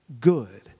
good